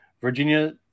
Virginia